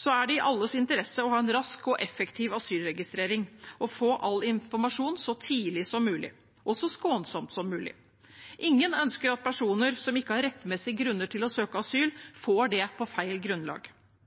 Så er det i alles interesse å ha en rask og effektiv asylregistrering og få all informasjon så tidlig som mulig – og så skånsomt som mulig. Ingen ønsker at personer som ikke har rettmessige grunner til å søke asyl, får det på feil grunnlag.